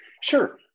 Sure